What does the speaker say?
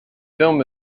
film